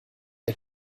der